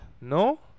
No